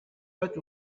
faites